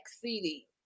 CD